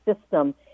system